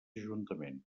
ajuntament